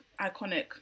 Iconic